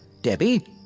Debbie